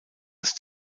das